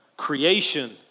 creation